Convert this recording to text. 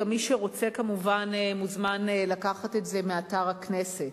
מי שרוצה, כמובן, מוזמן לקחת את זה מאתר הכנסת.